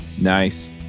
Nice